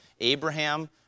Abraham